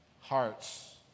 hearts